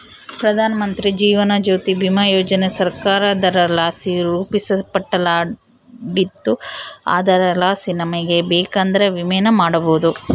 ಪ್ರಧಾನಮಂತ್ರಿ ಜೀವನ ಜ್ಯೋತಿ ಭೀಮಾ ಯೋಜನೆ ಸರ್ಕಾರದಲಾಸಿ ರೂಪಿಸಲ್ಪಟ್ಟಿದ್ದು ಅದರಲಾಸಿ ನಮಿಗೆ ಬೇಕಂದ್ರ ವಿಮೆನ ಮಾಡಬೋದು